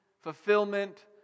fulfillment